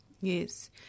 Yes